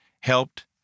helped